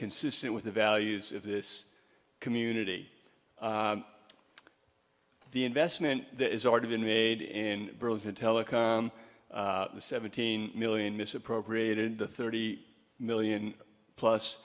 consistent with the values of this community the investment that has already been made in burlington telecom seventeen million misappropriated the thirty million plus